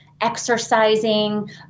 exercising